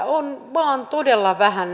on vaan todella vähän